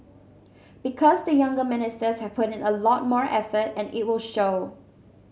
because the younger ministers have put in a lot more effort and it will show